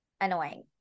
annoying